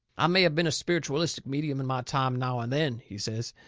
i may have been a spiritualistic medium in my time now and then, he says,